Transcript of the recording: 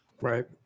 Right